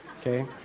okay